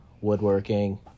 woodworking